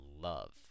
love